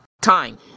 time